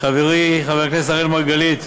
חברי חבר הכנסת אראל מרגלית,